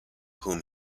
whom